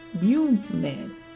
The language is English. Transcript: human